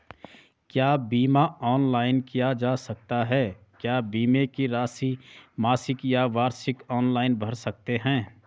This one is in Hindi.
क्या बीमा ऑनलाइन किया जा सकता है क्या बीमे की राशि मासिक या वार्षिक ऑनलाइन भर सकते हैं?